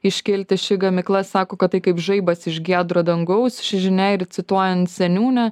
iškilti ši gamykla sako kad tai kaip žaibas iš giedro dangaus ši žinia ir cituojant seniūnę